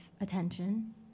attention